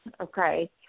Okay